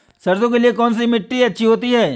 सरसो के लिए कौन सी मिट्टी अच्छी होती है?